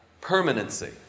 Permanency